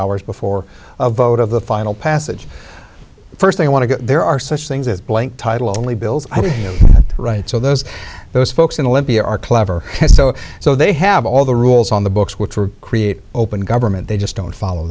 hours before a vote of the final passage first i want to there are such things as blank title only bill's right so those those folks in libya are clever so so they have all the rules on the books which were create open government they just don't follow